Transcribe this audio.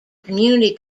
community